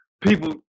people